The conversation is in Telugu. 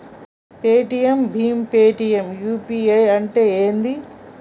పేటిఎమ్ భీమ్ పేటిఎమ్ యూ.పీ.ఐ అంటే ఏంది?